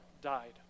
died